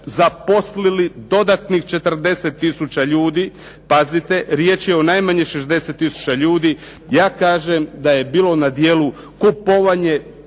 zaposlili dodatnih 40000 ljudi, pazite riječ je o najmanje 60000 ljudi. Ja kažem da je bilo na djelu kupovanje